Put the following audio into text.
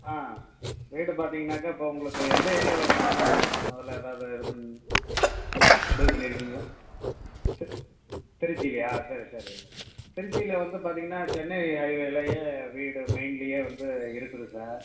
ஆ வீடு பார்த்தீங்கன்னாக்கா இப்போ உங்களுக்கு எந்த ஏரியாவில் வேணும்னு முதல ஏதாவது இது பண் முடிவு பண்ணிருக்கிங்களா தி திருச்சிலேயா சரி சரி திருச்சியில வந்து பார்த்தீங்கன்னா சென்னை ஹைவேலயே வீடு மெயின்லயே வந்து இருக்குது சார்